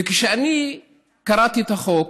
וכשאני קראתי את החוק,